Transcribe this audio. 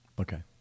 okay